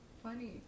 Funny